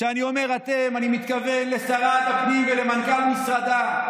כשאני אומר "אתם" אני מתכוון לשרת הפנים ולמנכ"ל משרדה.